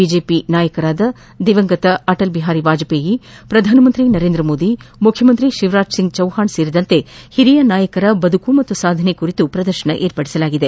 BJP ನಾಯಕರಾದ ದಿವಂಗತ ಅಟಲ್ ಬಿಹಾರಿ ವಾಜಪೇಯಿ ಪ್ರಧಾನಮಂತ್ರಿ ನರೇಂದ್ರ ಮೋದಿ ಮುಖ್ಚಮಂತ್ರಿ ಶಿವರಾಜ್ ಸಿಂಗ್ ಚೌಹಾಣ್ ಸೇರಿದಂತೆ ಹಿರಿಯ ನಾಯಕರ ಬದುಕು ಮತ್ತು ಸಾಧನೆ ಕುರಿತು ಪ್ರದರ್ಶನ ಏರ್ಪಡಿಸಲಾಗಿದೆ